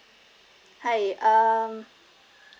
hi um